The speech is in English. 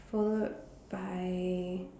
followed by